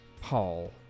Paul